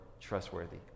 trustworthy